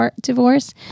divorce